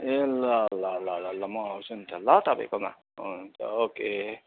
ए ल ल ल ल ल म आउँछु नि त ल तपाईँकोमा हुन्छ ओके